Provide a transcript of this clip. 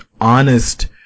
honest